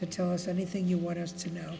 to tell us anything you want us to know